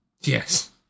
Yes